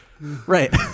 Right